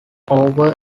over